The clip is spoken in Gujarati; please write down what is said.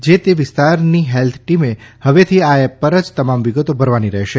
જે તે વિસ્તારની હેલ્થ ટીમે હવેથી આ એપમાં જ તમામ વિગતો ભરવાની રહેશે